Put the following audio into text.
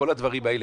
כל הדברים האלה,